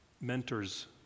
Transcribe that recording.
mentors